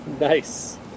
nice